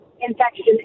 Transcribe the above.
infection